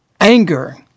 anger